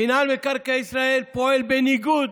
מינהל מקרקעי ישראל פועל בניגוד